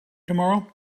tomorrow